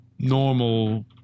normal